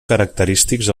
característics